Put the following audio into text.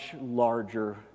larger